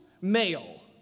male